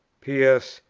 p s.